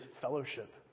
fellowship